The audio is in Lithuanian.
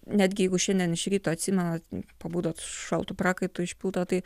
netgi jeigu šiandien iš ryto atsimenat pabudot šaltu prakaitu išpilta tai